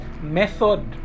method